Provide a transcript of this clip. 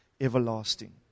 everlasting